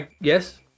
yes